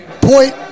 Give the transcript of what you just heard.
point